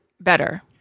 better